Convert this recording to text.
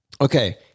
Okay